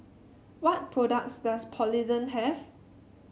what products does Polident have